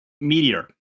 Meteor